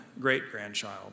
great-grandchild